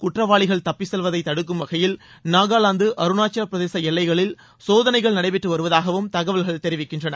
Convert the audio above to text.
குற்றவாளிகள் தப்பிச்செல்வதை தடுக்கும் வகையில் நாகாலாந்து அருணாச்சலப்பிரதேச எல்லைகளில் சோதனைகள் நடைபெற்று வருவதாகவும் தகவல்கள் தெரிவிக்கின்றன